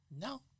No